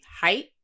height